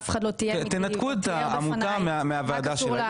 אף אחד לא תיאם --- תנתקו את העמותה מהוועדה שלה,